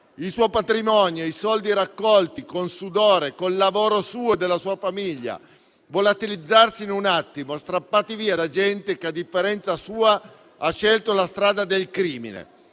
il suo patrimonio, i soldi raccolti con sudore, con il lavoro suo e della sua famiglia volatilizzarsi in un attimo, strappati via da gente che, a differenza sua, ha scelto la strada del crimine.